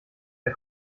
der